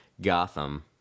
Gotham